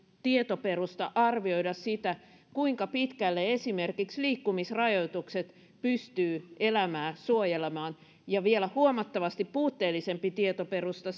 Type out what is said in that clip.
tietoperusta arvioida sitä kuinka pitkälle esimerkiksi liikkumisrajoitukset pystyvät elämää suojelemaan ja vielä huomattavasti puutteellisempi tietoperusta